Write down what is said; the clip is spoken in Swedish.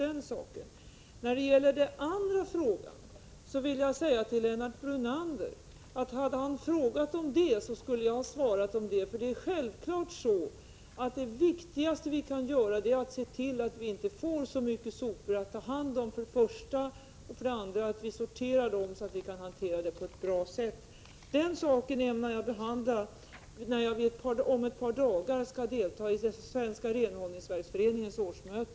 Vad gäller frågan om sopmängder vill jag säga att om Lennart Brunander frågat om det skulle jag ha svarat att det är självklart att det viktigaste vi kan göra är att se till att vi för det första inte får så mycket sopor att ta hand om och att vi för det andra sorterar dem så att vi kan hantera dem på ett bra sätt. Den saken ämnar jag behandla när jag om ett par dagar skall delta i Svenska renhållningsverksföreningens årsmöte.